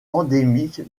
endémiques